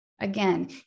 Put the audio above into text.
Again